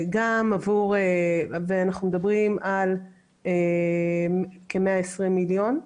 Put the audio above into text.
אנחנו מדברים על כ-120 מיליון,